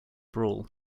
brawl